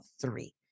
three